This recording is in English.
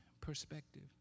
perspective